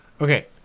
okay